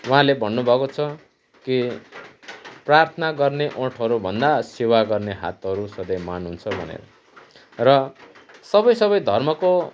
उहाँले भन्नुभएको छ कि प्रार्थना गर्ने ओठहरूभन्दा सेवा गर्ने हातहरू सधैँ महान हुन्छ र सबै सबै धर्मको